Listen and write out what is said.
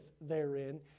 therein